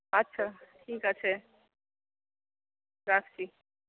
আচ্ছা ঠিক আছে রাখছি